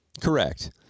Correct